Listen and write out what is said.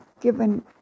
given